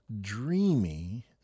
Dreamy